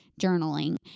journaling